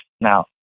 Now